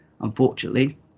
Unfortunately